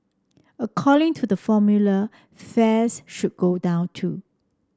according to the formula fares should go down too